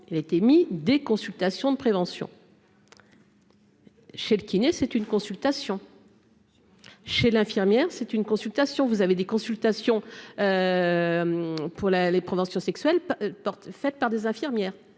elle a été mis des consultations de prévention. Chez le kiné, c'est une consultation chez l'infirmière, c'est une consultation, vous avez des consultations pour la les provinciaux sexuelle porte cette par des infirmières